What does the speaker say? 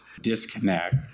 disconnect